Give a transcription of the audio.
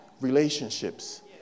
relationships